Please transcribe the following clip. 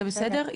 זה בסדר?